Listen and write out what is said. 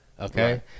okay